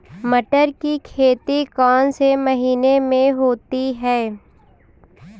मटर की खेती कौन से महीने में होती है?